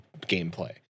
gameplay